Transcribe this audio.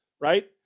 right